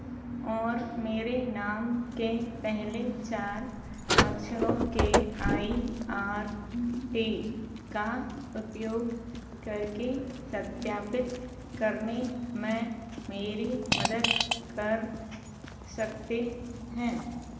और मेरे नाम के पहले चार अक्षरों के आइ आर टी का उपयोग करके सत्यापित करने में मेरी मदद कर सकते हैं